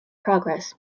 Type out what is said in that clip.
progress